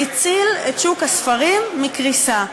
הציל את שוק הספרים מקריסה,